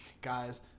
guys